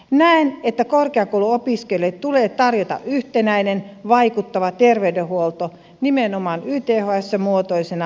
näen että korkeakouluopiskelijoille tulee tarjota yhtenäinen vaikuttava terveydenhuolto nimenomaan yths muotoisena